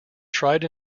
tried